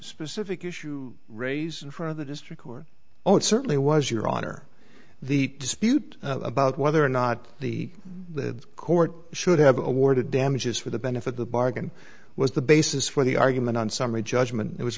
specific issue raised in front of the district court oh it certainly was your honor the dispute about whether or not the court should have awarded damages for the benefit the bargain was the basis for the argument on summary judgment it was